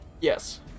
Yes